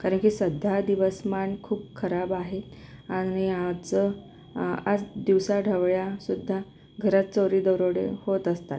कारण की सध्या दिवसमान खूप खराब आहे आणि आज ज आज दिवसाढवळ्यासुद्धा घरात चोरी दरोडे होत असतात